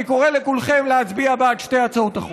אני קורא לכולם להצביע בעד שתי הצעות החוק.